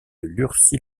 lurcy